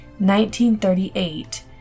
1938